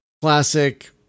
Classic